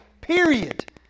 Period